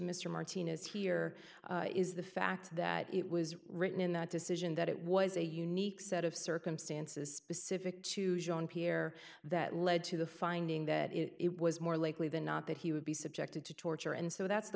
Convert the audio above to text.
mr martinez here is the fact that it was written in that decision that it was a unique set of circumstances specific to john pierre that led to the finding that it was more likely than not that he would be subjected to torture and so that's the